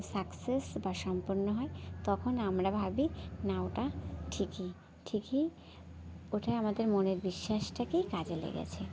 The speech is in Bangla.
সাকসেস বা সম্পন্ন হয় তখন আমরা ভাবি না ওটা ঠিকই ঠিকই ওটাই আমাদের মনের বিশ্বাসটাই কাজে লেগেছে